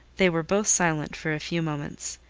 they were both silent for a few moments.